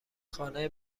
خانه